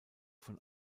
von